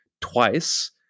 twice